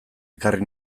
ekarri